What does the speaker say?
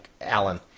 Allen